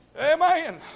Amen